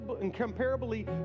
incomparably